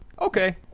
Okay